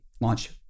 launch